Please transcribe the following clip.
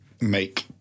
make